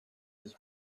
his